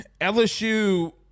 LSU